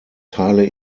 teile